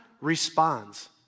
responds